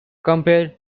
compared